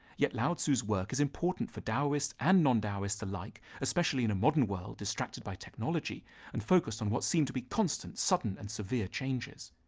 yet lao tzu's work is important for daoists and non-daoists alike, especially in a modern world distracted by technology and focused on what seem to be constant, sudden, and severe changes.